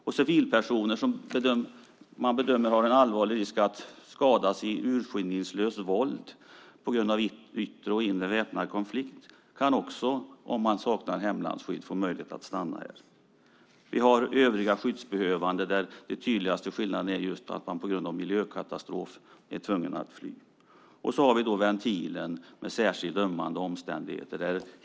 Också civilpersoner som bedöms löpa allvarlig risk att skadas av urskillningslöst våld på grund av yttre och inre väpnad konflikt kan få möjlighet att stanna här om de saknar hemlandsskydd. Vi har även övriga skyddsbehövande. Den tydligaste skillnaden är att man på grund av en miljökatastrof är tvungen att fly. Vidare har vi ventilen för särskilt ömmande omständigheter.